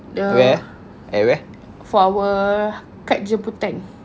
the for our kad jemputan